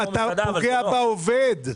אבל אתה פוגע בעובד.